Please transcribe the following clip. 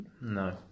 No